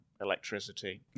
electricity